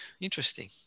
Interesting